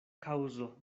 kaŭzo